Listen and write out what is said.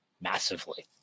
massively